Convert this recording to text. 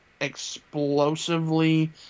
explosively